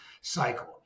cycle